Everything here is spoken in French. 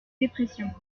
dépression